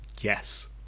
Yes